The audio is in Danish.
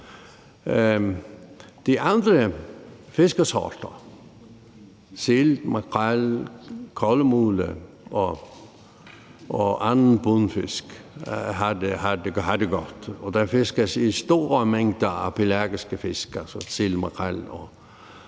De andre fiskearter – sild, makrel, kulmule og andre bundfisk – har det godt, og der fiskes store mængder pelagiske fisk, altså sild, makrel og kulmule.